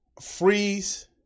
freeze